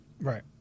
Right